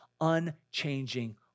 unchanging